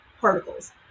particles